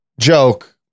joke